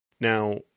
Now